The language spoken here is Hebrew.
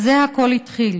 בזה הכול התחיל.